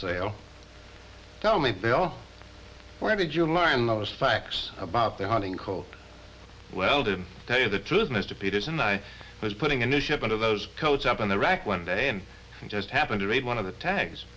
seo tell me they all where did you learn those facts about the hunting cold well to tell you the truth mr peterson i was putting a new shipment of those codes up on the rack one day and just happened to read one of the tags